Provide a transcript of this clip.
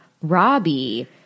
Robbie